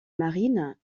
marine